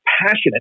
passionate